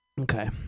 Okay